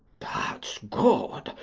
that's good!